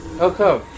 Okay